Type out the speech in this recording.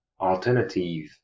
alternative